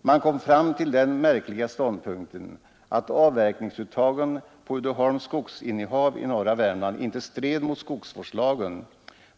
Man kom fram till den märkliga ståndpunkten att avverkningsuttagen på Uddeholms skogsinnehav i norra Värmland inte stred mot skogsvårdslagen.